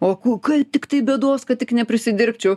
o ku tiktai bėdos kad tik neprisidirbčiau